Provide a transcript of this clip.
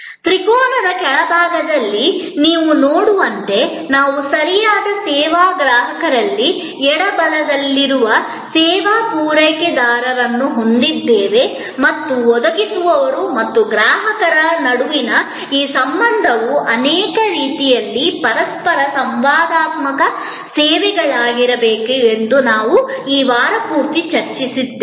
ತ್ರಿಕೋನದ ಕೆಳಭಾಗದಲ್ಲಿ ನೀವು ನೋಡುವಂತೆ ನಾವು ಸರಿಯಾದ ಸೇವಾ ಗ್ರಾಹಕರಲ್ಲಿ ಎಡಭಾಗದಲ್ಲಿರುವ ಸೇವಾ ಪೂರೈಕೆದಾರರನ್ನು ಹೊಂದಿದ್ದೇವೆ ಮತ್ತು ಒದಗಿಸುವವರು ಮತ್ತು ಗ್ರಾಹಕರ ನಡುವಿನ ಈ ಸಂಬಂಧವು ಅನೇಕ ರೀತಿಯಲ್ಲಿ ಪರಸ್ಪರ ಸಂವಾದಾತ್ಮಕ ಸೇವೆಗಳಾಗಿರಬೇಕು ಎಂದು ನಾವು ಈ ವಾರ ಪೂರ್ತಿ ಚರ್ಚಿಸಿದ್ದೇವೆ